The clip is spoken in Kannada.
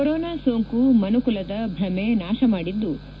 ಕೊರೋನಾ ಸೋಂಕು ಮನುಕುಲದ ಭ್ರಮೆ ನಾಶ ಮಾಡಿದ್ಲು